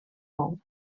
mou